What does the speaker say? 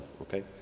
okay